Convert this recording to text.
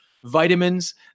vitamins